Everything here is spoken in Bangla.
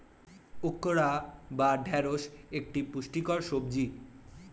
ওকরা বা ঢ্যাঁড়স একটি পুষ্টিকর সবজি